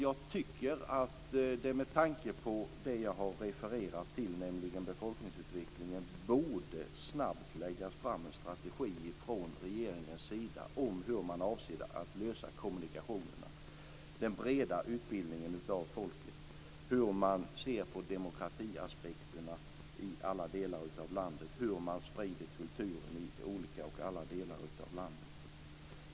Jag upprepar alltså: Med tanke på det jag har refererat till, nämligen befolkningsutvecklingen, tycker jag att det snabbt borde läggas fram en strategi från regeringens sida om hur man avser att lösa kommunikationerna och den breda utbildningen av folket, hur man ser på demokratiaspekterna i alla delar av landet och hur man sprider kulturen i alla delar av landet.